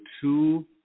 two –